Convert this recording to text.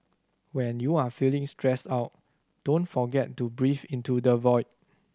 when you are feeling stressed out don't forget to breathe into the void